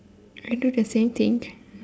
I do the same thing